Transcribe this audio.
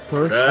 First